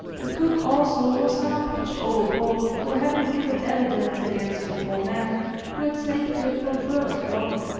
the cook also was now pitched overboard for having given evidence against the four men who had saved him from further flogging.